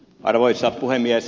arvoisa puhemies